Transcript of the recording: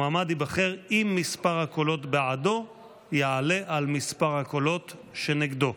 מועמד ייבחר אם מספר הקולות בעדו יעלה על מספר הקולות שנגדו.